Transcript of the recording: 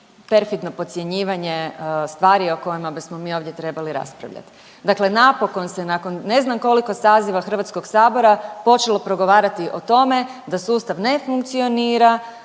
perfidno podcjenjivanje stvari o kojima bismo mi ovdje trebali raspravljati. Dakle napokon se nakon ne znam koliko saziva HS-a počelo progovarati o tome da sustav ne funkcionira,